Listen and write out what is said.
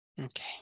Okay